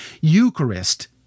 Eucharist